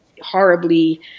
horribly